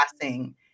passing